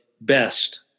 best